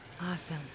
Awesome